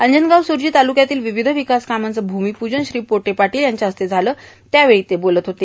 अंजनगावसुर्जी तालुक्यातील विविध विकासकामांचं भुमीपूजन श्री प्रवीण पोटे पाटील यांच्या हस्ते झालं त्यावेळी ते बोलत होते